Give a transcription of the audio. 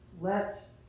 Let